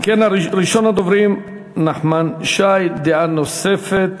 אם כן, ראשון הדוברים, נחמן שי, דעה נוספת.